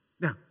Now